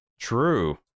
True